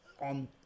on